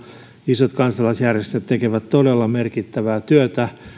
isot kansalaisjärjestöt tekevät todella merkittävää työtä